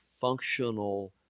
functional